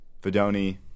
Fedoni